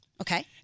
Okay